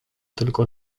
tylko